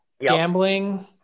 Gambling